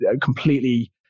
completely